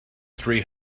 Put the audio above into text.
three